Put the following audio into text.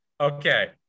okay